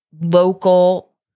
local